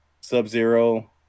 Sub-Zero